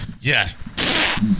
Yes